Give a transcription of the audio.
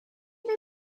they